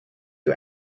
you